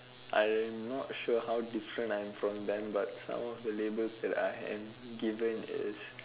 I am not sure how different I am from them but some of the labels I've given is